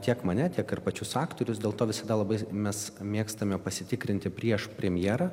tiek mane tiek ir pačius aktorius dėl to visada labai mes mėgstame pasitikrinti prieš premjerą